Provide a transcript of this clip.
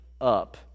up